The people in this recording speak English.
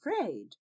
afraid